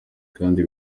kandi